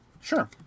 sure